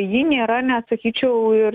ji nėra net sakyčiau ir